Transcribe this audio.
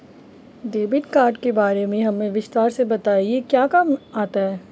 Debit card के बारे में हमें विस्तार से बताएं यह क्या काम आता है?